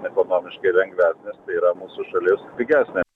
ekonomiškai lengviesnės tai yra mūsų šalis pigesnė